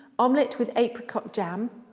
omelette with apricot jam.